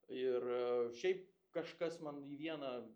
ir šiaip kažkas man į vieną